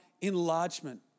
enlargement